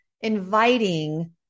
inviting